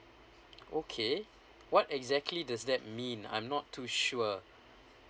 okay what exactly does that mean I'm not too sure